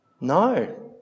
No